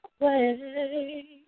away